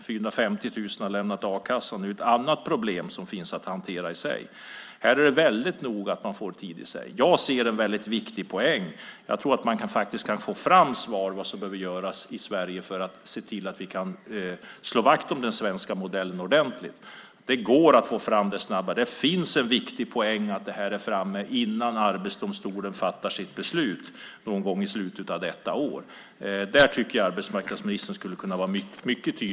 450 000 har lämnat a-kassan. Det är ett annat problem som finns att hantera. Här är det väldigt noga med att man får tid på sig. Jag ser en väldigt viktig poäng. Jag tror att man faktiskt kan få fram svar på vad som behöver göras i Sverige för att se till att vi kan slå vakt om den svenska modellen ordentligt. Det går att få fram det snabbare. Det finns en viktig poäng i att det här är framme innan Arbetsdomstolen fattar sitt beslut någon gång i slutet av detta år. Där tycker jag att arbetsmarknadsministern skulle kunna vara mycket tydligare.